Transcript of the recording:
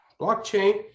blockchain